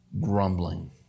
grumbling